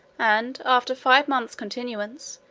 and, after five months continuance,